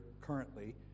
currently